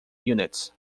units